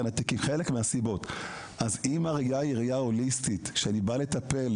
אם הראיה היא ראיה הוליסטית שאני בא לטפל,